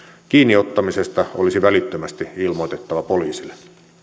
kiinniottamisesta olisi välittömästi ilmoitettava poliisille